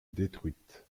détruites